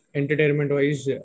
entertainment-wise